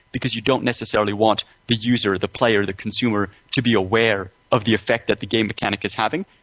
because you don't necessarily want the user, the player, the consumer to be aware of the effect that the game mechanic is having,